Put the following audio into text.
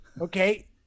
Okay